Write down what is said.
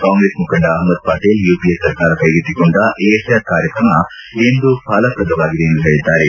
ಕಾಂಗ್ರೆಸ್ ಮುಖಂಡ ಅಪ್ಮದ್ ಪಟೇಲ್ ಯುಪಿಎ ಸರ್ಕಾರ ಕೈಗೆತ್ತಿಕೊಂಡಿದ್ದ ಎ ಸ್ಕಾಟ್ ಕಾರ್ಯತ್ರಮ ಇಂದು ಫಲಪ್ರದವಾಗಿದೆ ಎಂದು ಹೇಳಿದ್ದಾರೆ